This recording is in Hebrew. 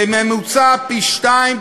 בממוצע פי שניים,